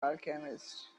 alchemist